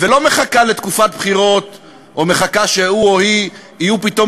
ולא מחכה לתקופת בחירות או מחכה שהוא או היא יהיו פתאום